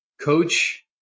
Coach